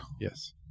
Yes